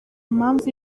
mpamvu